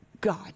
God